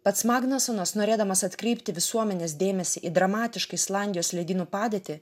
pats magnasonas norėdamas atkreipti visuomenės dėmesį į dramatišką islandijos ledynų padėtį